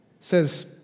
says